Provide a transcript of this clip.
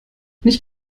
nicht